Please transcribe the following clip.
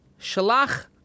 Shalach